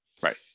Right